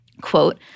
quote –